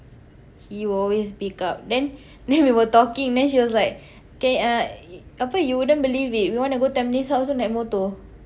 he will always pick up then then we were talking then she was like okay uh apa you wouldn't believe it we wanna go Tampines hub also naik motor